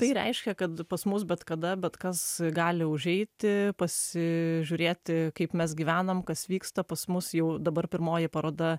tai reiškia kad pas mus bet kada bet kas gali užeiti pasižiūrėti kaip mes gyvenam kas vyksta pas mus jau dabar pirmoji paroda